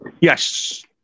Yes